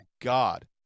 god